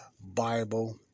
Bible